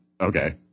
okay